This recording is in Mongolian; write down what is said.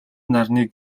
нарны